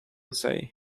say